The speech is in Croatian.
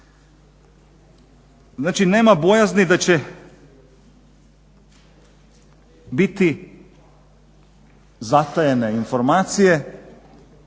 Znači nema bojazni da će biti zatajene informacije